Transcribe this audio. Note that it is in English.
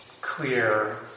clear